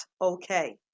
okay